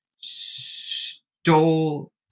stole